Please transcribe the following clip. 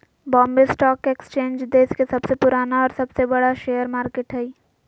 Bombay stock exchange देश के सबसे पुराना और सबसे बड़ा शेयर मार्केट हइ